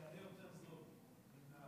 כן.